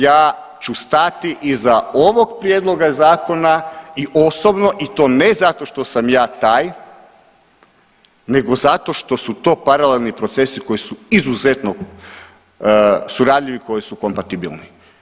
Ja ću stati iza ovog prijedloga zakona i osobno i to ne zato što sam ja taj, nego zato što su to paralelni procesi koji su izuzetno suradljivi, koji su kompatibilni.